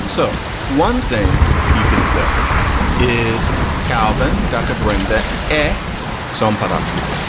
so one thing you can say is calvin dukkha brend that a psalm put up puy.